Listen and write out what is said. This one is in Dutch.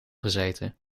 gezeten